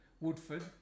Woodford